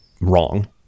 wrong